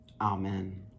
amen